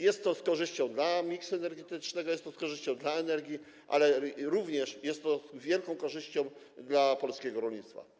Jest to z korzyścią dla miksu energetycznego, jest to z korzyścią dla energii, ale również jest to z wielką korzyścią dla polskiego rolnictwa.